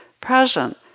present